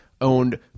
owned